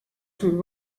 sus